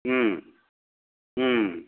Om Om